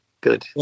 good